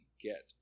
get